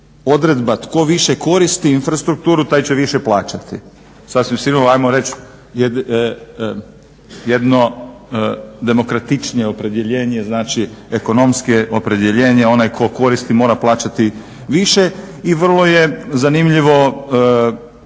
odredba tko više koristi infrastrukturu taj će više plaćati. Sasvim sigurno hajmo reći jedno demokratičnije opredjeljenje znači ekonomskije opredjeljenje onaj tko koristi mora plaćati više i vrlo je zanimljivo